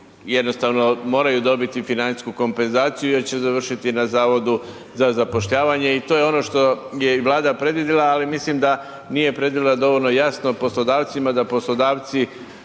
jednostavno moraju dobiti financijsku kompenzaciju jer će završiti na Zavodu za zapošljavanje i to je ono što je Vlada i predvidjela, ali mislim da nije predvidjela dovoljno jasno poslodavcima da poslodavci